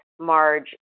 Marge